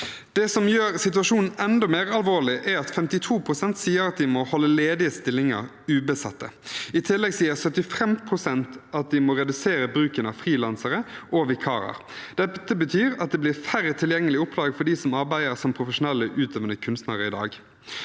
Det som gjør situasjonen enda mer alvorlig, er at 52 pst. sier de må holde ledige stillinger ubesatt. I tillegg sier 75 pst. at de må redusere bruken av frilansere og vikarer. Det betyr at det blir færre tilgjengelige oppdrag for dem som arbeider som profesjonelle utøvende kunstnere i dag.